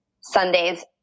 Sunday's